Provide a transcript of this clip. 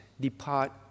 depart